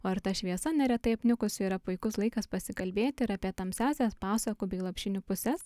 o ir ta šviesa neretai apniukusi yra puikus laikas pasikalbėti ir apie tamsiąsias pasakų bei lopšinių puses